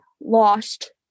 lost